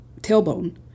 tailbone